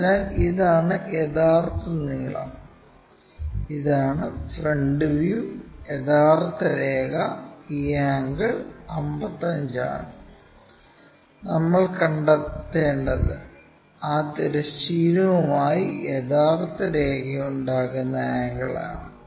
അതിനാൽ ഇതാണ് യഥാർത്ഥ നീളം ഇതാണ് ഫ്രണ്ട് വ്യൂ യഥാർത്ഥ രേഖ ഈ ആംഗിൾ 55 ആണ് നമ്മൾ കണ്ടെത്തേണ്ടത് ആ തിരശ്ചീനവുമായി യഥാർഥ രേഖ ഉണ്ടാക്കുന്ന ആംഗിൾ ആണ്